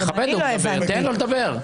תכבד אותו, תן לו לדבר.